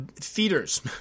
Feeders